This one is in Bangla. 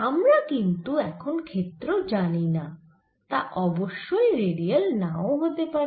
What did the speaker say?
আমরা কিন্তু এখন ক্ষেত্র জানিনা তা অবশ্যই রেডিয়াল না ও হতে পারে